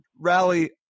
rally